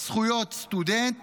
זכויות סטודנט